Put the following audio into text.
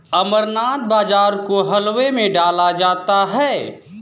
अमरनाथ बाजरा को हलवे में डाला जाता है